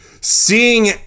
Seeing